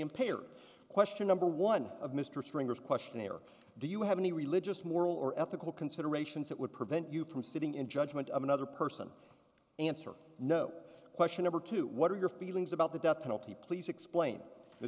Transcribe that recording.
impaired question number one of mr stringer's questionnaire do you have any religious moral or ethical considerations that would prevent you from sitting in judgment of another person answer no question or two what are your feelings about the death penalty please explain